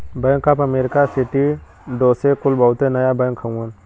bank of America, Citi, Deutsche कुल बहुते नया बैंक हउवन